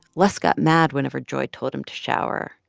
les got mad whenever joy told him to shower.